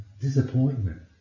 disappointment